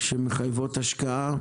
שמחייבות השקעה.